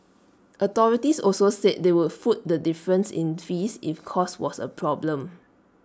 authorities also said they would foot the difference in fees if cost was A problem